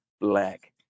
black